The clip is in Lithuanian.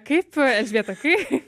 kaip elžbieta kai